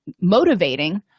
motivating